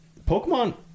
Pokemon